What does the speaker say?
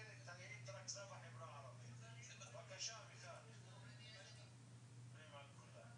כן שלום אדוני היו"ר, קוראים לי ג'אד דראושה,